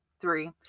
three